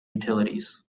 utilities